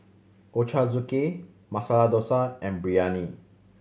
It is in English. Ochazuke Masala Dosa and Biryani